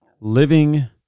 living